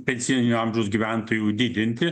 pensijinio amžiaus gyventojų didinti